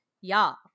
y'all